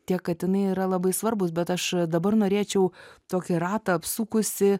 tie katinai yra labai svarbūs bet aš dabar norėčiau tokį ratą apsukusi